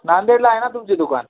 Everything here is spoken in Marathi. नांदेडला आहे ना तुमची दुकान